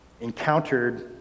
encountered